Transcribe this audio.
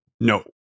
No